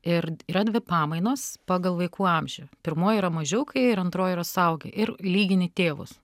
ir yra dvi pamainos pagal vaikų amžių pirmoji yra mažiukai ir antroji yra suaugę ir lygini tėvus